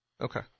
Okay